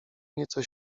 nieco